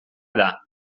dela